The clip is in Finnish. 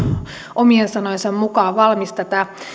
omien sanojensa mukaan valmis tätä